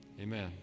amen